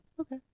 Okay